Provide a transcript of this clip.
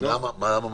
למה מרחיק?